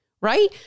right